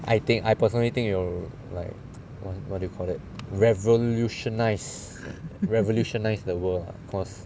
I think I personally think it will like what what do you call that revolutionise revolutionise the world because